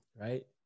right